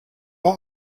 war